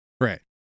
Right